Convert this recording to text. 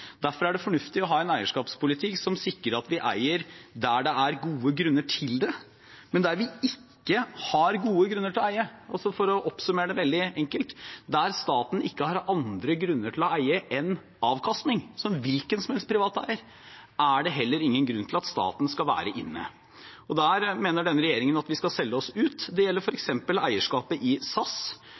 Derfor er det fornuftig å ha en eierskapspolitikk som sikrer at vi eier der det er gode grunner til det. Men der vi ikke har gode grunner til å eie – eller for å oppsummere det veldig enkelt: der staten ikke har andre grunner til å eie enn avkastning, som hvilken som helst privat eier – er det heller ingen grunn til at staten skal være inne. Der mener denne regjeringen at vi skal selge oss ut. Det gjelder f.eks. eierskapet i SAS,